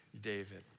David